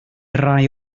rai